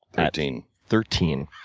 at thirteen. thirteen.